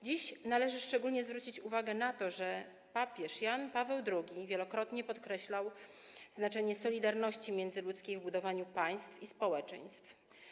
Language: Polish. Dziś należy szczególnie zwrócić uwagę na to, że papież Jan Paweł II wielokrotnie podkreślał znaczenie solidarności międzyludzkiej w budowaniu państw i społeczeństw.